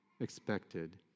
expected